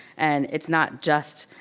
and it's not just,